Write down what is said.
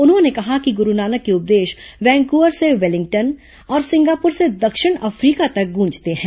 उन्होंने कहा कि गुरु नानक के उपदेश वैंकूवर से वेलिंगटन और सिंगापुर से दक्षिण अफ्रीका तक गूंजते हैं